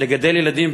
לגדל ילדים,